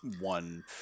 one